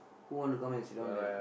who want to come and sit down there